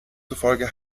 zufolge